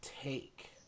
take